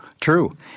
True